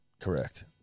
Correct